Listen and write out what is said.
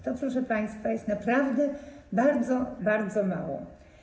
To, proszę państwa, jest naprawdę bardzo, bardzo mało.